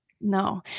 No